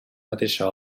mateixa